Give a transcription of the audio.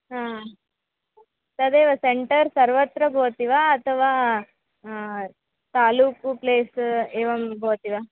हा तदेव सेण्टर् सर्वत्र भवति वा अथवा तालूकु प्लेस् एवं भवति वा